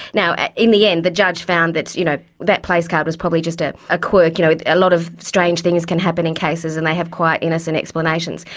now, in the end the judge found that, you know, that place card was probably just ah a quirk you know, a lot of strange things can happen in cases and they have quite innocent explanations,